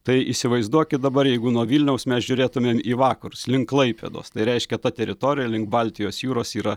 tai įsivaizduokit dabar jeigu nuo vilniaus mes žiūrėtumėm į vakarus link klaipėdos tai reiškia ta teritorija link baltijos jūros yra